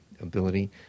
Ability